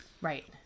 Right